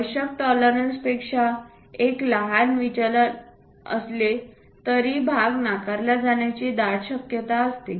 आवश्यक टॉलरन्स पेक्षा एक लहान विचलन असले तरी भाग नाकारला जाण्याची दाट शक्यता असते